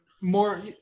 more